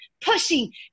pushing